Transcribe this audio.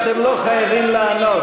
אתם לא חייבים לענות.